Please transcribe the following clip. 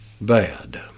bad